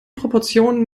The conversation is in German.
proportionen